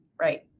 Right